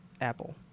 Apple